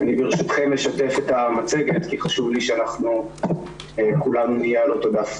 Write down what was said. אני ברשותכם אשתף את המצגת כי חשוב לי שכולנו נהיה על אותו דף.